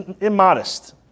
immodest